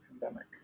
pandemic